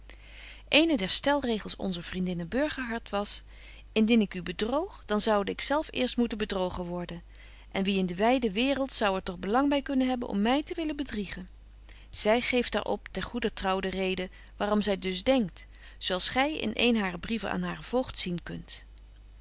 der stelregels onzer vriendinne burgerhart was indien ik u bedroog dan zoude ik zelf eerst moeten bedrogen worden en wie in de wyde waereld zou er toch belang by kunnen hebben om my te willen bedriegen zy geeft daar op ter goeder trouw de reden waaröm zy dus denkt zo als gy in een harer brieven aan haren voogd zien kunt